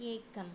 एकम्